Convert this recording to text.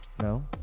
No